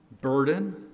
burden